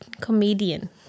comedian